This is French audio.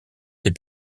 ses